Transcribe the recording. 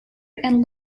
and